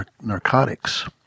narcotics